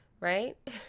right